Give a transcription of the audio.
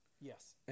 Yes